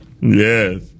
Yes